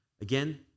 Again